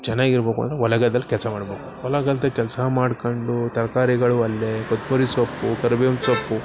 ಚೆನ್ನಾಗ್ ಇರಬೇಕು ಅಂದರೆ ಹೊಲ ಗದ್ದೇಲಿ ಕೆಲಸ ಮಾಡ್ಬೇಕು ಹೊಲ ಗದ್ದೇಲಿ ಕೆಲಸ ಮಾಡ್ಕೊಂಡು ತರಕಾರಿಗಳು ಅಲ್ಲೇ ಕೊತ್ಮಿರಿ ಸೊಪ್ಪು ಕರಿಬೇವಿನ ಸೊಪ್ಪು